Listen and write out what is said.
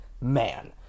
man